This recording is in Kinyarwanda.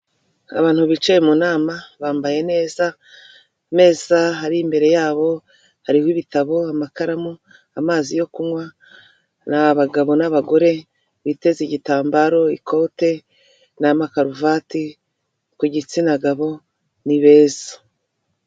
Abantu bicaye mu nama, bambaye neza ameza ari imbere yabo, hariho ibitabo, amakaramu amazi yo kunywa, abagabo n'abagore biteze igitambaro, ikote n'amakaruvati ku gitsina gabo ni beza.